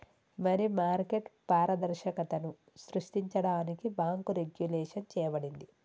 మరి మార్కెట్ పారదర్శకతను సృష్టించడానికి బాంకు రెగ్వులేషన్ చేయబడింది